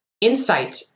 insight